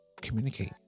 Communicate